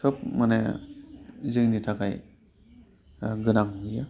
खोब माने जोंनि थाखाय गोनां बेयो